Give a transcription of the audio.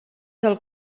del